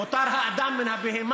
מותר האדם מן הבהמה.